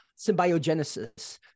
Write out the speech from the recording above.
symbiogenesis